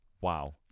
Wow